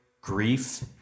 grief